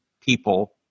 people